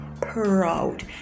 proud